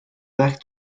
back